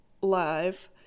live